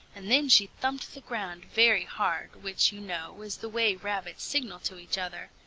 and then she thumped the ground very hard, which, you know, is the way rabbits signal to each other.